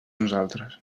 nosaltres